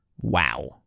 Wow